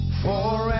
forever